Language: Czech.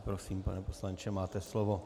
Prosím, pane poslanče, máte slovo.